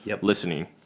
listening